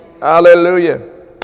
Hallelujah